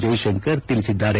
ಜೈಶಂಕರ್ ತಿಳಿಸಿದ್ದಾರೆ